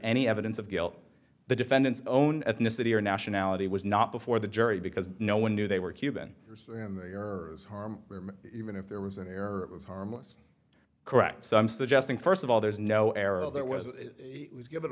any evidence of guilt the defendant's own ethnicity or nationality was not before the jury because no one knew they were cuban and the errors harm even if there was an error was harmless correct some suggesting first of all there's no error there was to give